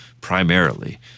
primarily